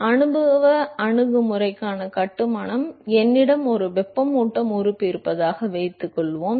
எனவே அனுபவ அணுகுமுறைக்கான கட்டுமானம் என்னிடம் ஒரு வெப்பமூட்டும் உறுப்பு இருப்பதாக வைத்துக்கொள்வோம்